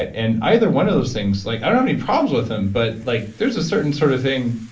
and either one of those things, like i don't have any problems with them but like there's a certain sort of thing.